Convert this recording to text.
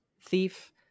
Thief